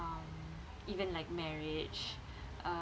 um even like marriage uh